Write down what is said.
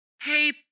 Hey